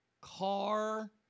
Car